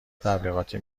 تبلیغاتی